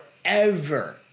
forever